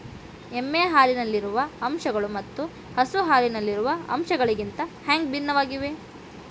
ಎಮ್ಮೆ ಹಾಲಿನಲ್ಲಿರುವ ಅಂಶಗಳು ಮತ್ತ ಹಸು ಹಾಲಿನಲ್ಲಿರುವ ಅಂಶಗಳಿಗಿಂತ ಹ್ಯಾಂಗ ಭಿನ್ನವಾಗಿವೆ?